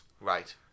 Right